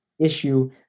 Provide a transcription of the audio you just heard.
issue